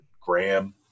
Graham